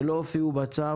שלא הופיעו בצו,